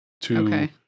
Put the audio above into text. to-